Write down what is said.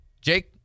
Jake